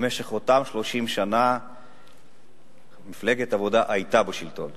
במשך אותן 30 שנה מפלגת העבודה היתה בשלטון,